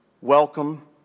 welcome